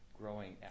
growing